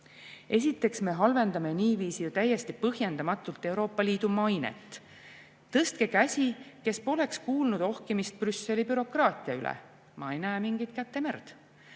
Esiteks, me halvendame niiviisi ju täiesti põhjendamatult Euroopa Liidu mainet. Tõstke käsi, kes pole kuulnud ohkimist Brüsseli bürokraatia üle. Ma ei näe mingit kätemerd.